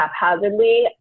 haphazardly